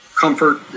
comfort